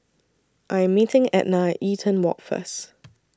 I Am meeting Ednah At Eaton Walk First